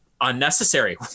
unnecessary